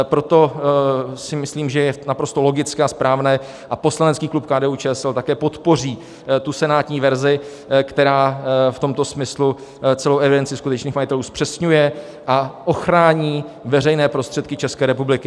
Proto si myslím, že je to naprosto logické a správné, a poslanecký klub KDUČSL také podpoří senátní verzi, která v tomto smyslu celou evidenci skutečných majitelů zpřesňuje a ochrání veřejné prostředky České republiky.